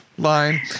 line